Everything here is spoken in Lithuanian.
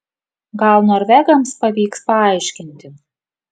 gal norvegams pavyks paaiškinti